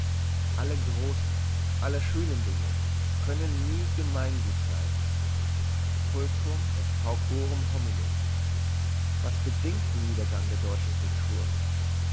alle grossen alle schönen dinge können nie gemeingut sein pulchrum est paucorum hominum was bedingt den niedergang der deutschen cultur